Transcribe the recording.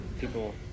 people